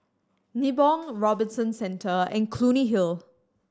Nibong Robinson Centre and Clunny Hill